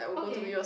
okay